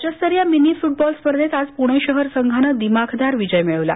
राज्यस्तरीय mini football स्पर्धेत आज पुणे शहर संघानं दिमाखदार विजय मिळवला